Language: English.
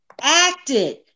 acted